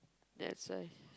that's why